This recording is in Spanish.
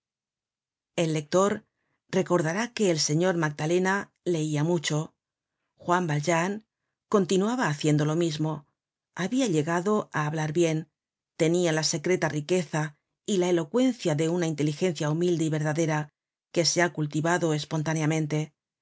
el lector recordará que el señor magdalena leia mucho juan valjean continuaba haciendo lo mismo habia llegado á hablar bien tenia la secreta riqueza y la elocuencia de una inteligencia humilde y verdadera que se ha cultivado espontáneamente